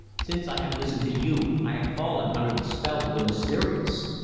since i have listened to you i have fallen under the spell of the mysterious.